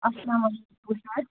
اسلامُ علیکم حظ